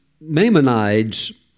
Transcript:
Maimonides